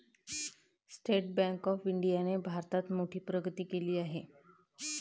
state Bank of इंडियाने भारतात मोठी प्रगती केली आहे